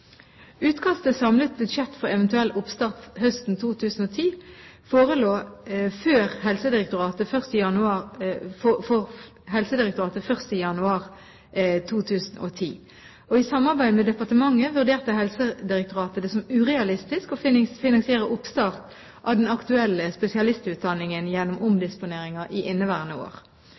samlet budsjett for eventuell oppstart høsten 2010 forelå for Helsedirektoratet først i januar 2010. I samarbeid med departementet vurderte Helsedirektoratet det som urealistisk å finansiere oppstart av den aktuelle spesialistutdanningen gjennom omdisponeringer i inneværende år.